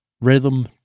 Rhythm